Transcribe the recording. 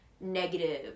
negative